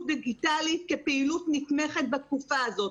דיגיטלית כפעילות נתמכת בתקופה הזאת.